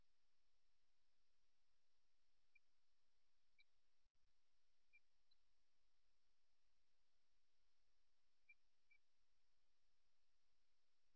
buttress நிலைப்பாடு சற்று வித்தியாசமானது இந்த நிலைப்பாட்டில் நாம் எடையின் பெரும்பகுதியை நேராக ஆதரிக்கும் காலில் வைக்கிறோம் மற்ற கால் ஒரு பட்ரஸாக பணியாற்ற அனுமதிக்கிறது